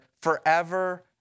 forever